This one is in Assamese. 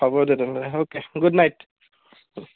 হ'ব দে তেনেহ'লে অ'কে গুড নাইট